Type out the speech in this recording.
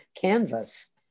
canvas